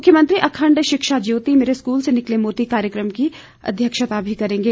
मुख्यमंत्री अखंड शिक्षा ज्योति मेरे स्कूल से निकले मोती कार्यक्रम की अध्यक्षता भी करेंगे